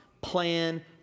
plan